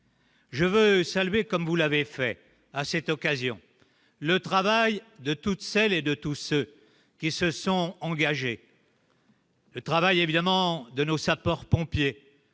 je veux saluer, comme vous l'avez fait à cette occasion, le travail de toutes celles et de tous ceux qui se sont engagés. Le travail évidemment de nos sapeurs-pompiers